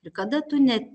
ir kada tu net